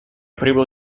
прибыл